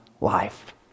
life